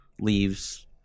leaves